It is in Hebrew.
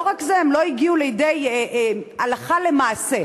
לא רק זה, הם לא הגיעו לידי הלכה למעשה.